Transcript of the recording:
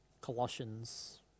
colossians